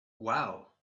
wow